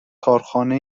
کارخانه